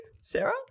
Sarah